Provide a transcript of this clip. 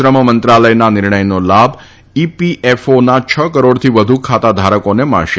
શ્રમ મંત્રાલયના નિર્ણયનો લાભ ઈપીએફઓના છ કરોડથી વધુ ખાતા ધારકોને મળશે